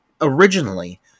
originally